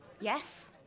Yes